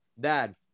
Dad